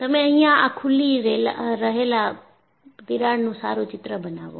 તમે અહિયાં આ ખુલી રહેલા તિરાડનું સારું ચિત્ર બનાવો